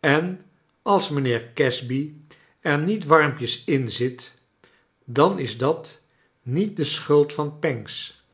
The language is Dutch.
en als mijnheer casby er niet warmpjes in zit dan is dat niet de s elm id van pancks